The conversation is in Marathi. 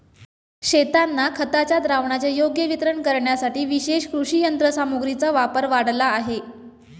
शेतांना खताच्या द्रावणाचे योग्य वितरण करण्यासाठी विशेष कृषी यंत्रसामग्रीचा वापर वाढला आहे